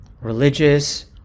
religious